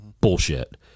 Bullshit